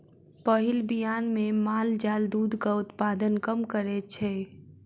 पहिल बियान मे माल जाल दूधक उत्पादन कम करैत छै